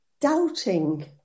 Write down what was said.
doubting